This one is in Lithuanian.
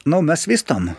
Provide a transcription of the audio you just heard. nu mes vystom